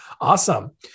Awesome